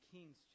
Kings